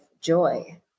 joy